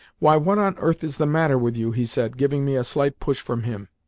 why, what on earth is the matter with you? he said, giving me a slight push from him.